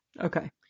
okay